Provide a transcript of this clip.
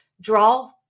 draw